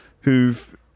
who've